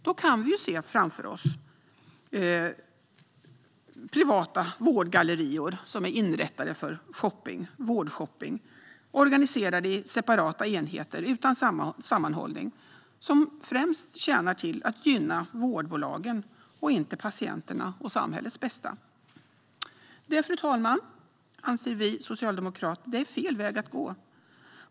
Då kan vi se framför oss privata vårdgallerior som är inrättade för vårdshopping, organiserade i separata enheter utan sammanhållning och främst tjänar till att gynna vårdbolagen och inte patienternas och samhällets bästa. Det, fru talman, anser vi socialdemokrater är fel väg att gå.